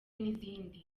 n’izindi